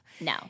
no